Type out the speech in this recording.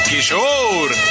Kishore